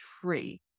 tree